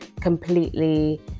completely